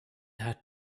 had